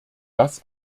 das